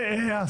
שנייה.